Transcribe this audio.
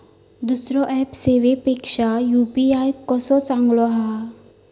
दुसरो ऍप सेवेपेक्षा यू.पी.आय कसो चांगलो हा?